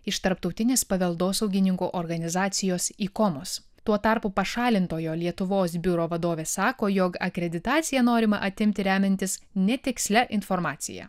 iš tarptautinės paveldosaugininkų organizacijos ikonos tuo tarpu pašalintojo lietuvos biuro vadovė sako jog akreditaciją norima atimti remiantis netikslia informacija